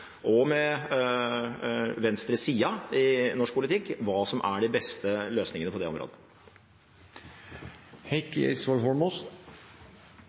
både med Venstre og med venstresiden i norsk politikk hva som er de beste løsningene på det